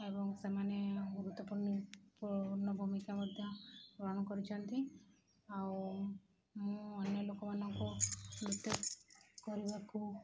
ଏବଂ ସେମାନେ ଗୁରୁତ୍ୱପୂର୍ଣ୍ଣ ଭୂମିକା ମଧ୍ୟ ଗ୍ରହଣ କରିଛନ୍ତି ଆଉ ମୁଁ ଅନ୍ୟ ଲୋକମାନଙ୍କୁ ଗୀତ କରିବାକୁ